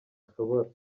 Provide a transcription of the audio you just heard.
ashobora